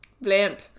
blimp